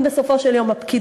אם בסופו של יום הפקידות,